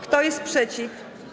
Kto jest przeciw?